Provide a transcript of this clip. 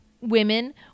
women